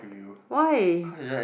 why